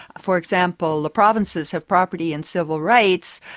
for example, the provinces have property and civil rights,